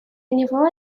него